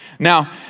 Now